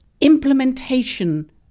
implementation